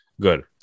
good